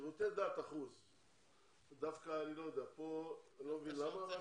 שירותי דת 1%. פה אני לא מבין למה,